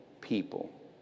people